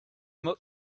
more